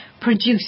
produced